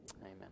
Amen